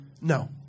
No